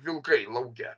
vilkai lauke